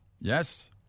Yes